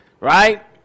right